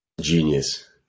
genius